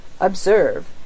Observe